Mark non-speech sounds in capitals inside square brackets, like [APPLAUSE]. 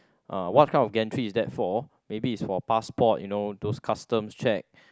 uh what kind of gantry is that for maybe is for passport you know those customs check [BREATH]